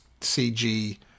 CG